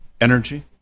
Energy